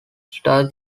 star